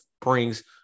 brings